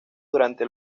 durante